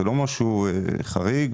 זה לא משהו חריג.